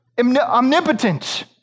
omnipotent